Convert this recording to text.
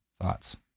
Thoughts